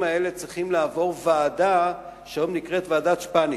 האלה צריכים לעבור ועדה שהיום נקראת ועדת-שפניץ.